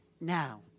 now